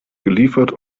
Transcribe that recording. geliefert